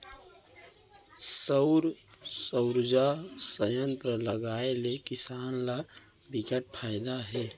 सउर उरजा संयत्र लगाए ले किसान ल बिकट फायदा हे